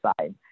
side